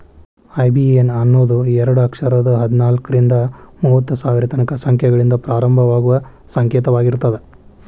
IBAN ಅನ್ನೋದು ಎರಡ ಅಕ್ಷರದ್ ಹದ್ನಾಲ್ಕ್ರಿಂದಾ ಮೂವತ್ತರ ತನಕಾ ಸಂಖ್ಯೆಗಳಿಂದ ಪ್ರಾರಂಭವಾಗುವ ಸಂಕೇತವಾಗಿರ್ತದ